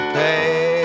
pay